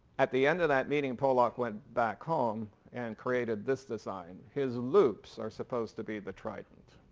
at the end of that meeting pollock went back home and created this design. his loops are supposed to be the trident